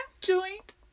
Joint